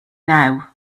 now